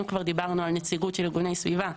אם כבר דיברנו על נציגות של ארגוני סביבה,